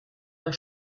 der